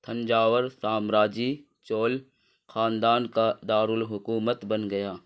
تھنجاور سامراجی چول خاندان کا دارالحکومت بن گیا